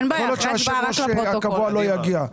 כל עוד שיושב הראש הקבוע לא יגיע.